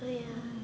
mm